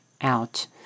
out